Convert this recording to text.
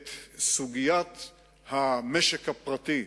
את סוגיית המשק הפרטי,